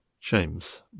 James